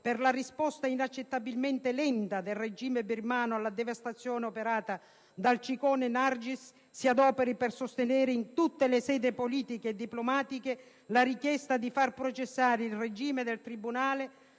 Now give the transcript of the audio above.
per la risposta inaccettabilmente lenta del regime birmano alla devastazione operata dal ciclone Nargis, si adoperi per sostenere in tutte le sedi politiche e diplomatiche la richiesta di far processare il regime dal tribunale